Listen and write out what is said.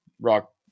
Rock